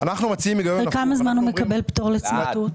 אחרי כמה זמן הוא מקבל פטור לצמיתות?